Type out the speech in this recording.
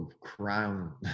crown